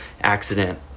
accident